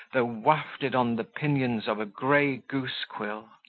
though wafted on the pinions of a gray goose quill!